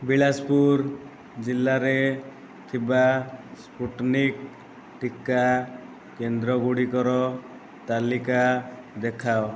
ବିଳାସପୁର ଜିଲ୍ଲାରେ ଥିବା ସ୍ପୁଟନିକ୍ ଟିକା କେନ୍ଦ୍ରଗୁଡ଼ିକର ତାଲିକା ଦେଖାଅ